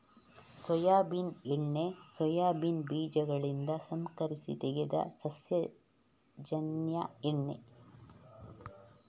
soybean ಎಣ್ಣೆ soybean ಬೀಜಗಳಿಂದ ಸಂಸ್ಕರಿಸಿ ತೆಗೆದ ಸಸ್ಯಜನ್ಯ ಎಣ್ಣೆ